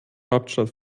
hauptstadt